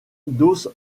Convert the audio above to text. dos